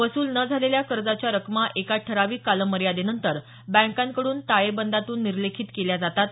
वसूल न झालेल्या कर्जाच्या रकमा एका ठराविक कालमयादेनतर बँकांकडून ताळेबंदातून निर्लेखित केल्या जातात